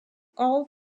all